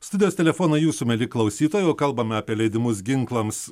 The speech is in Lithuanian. studijos telefonai jūsų mieli klausytojai o kalbame apie leidimus ginklams